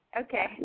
okay